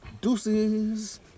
Deuces